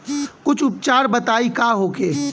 कुछ उपचार बताई का होखे?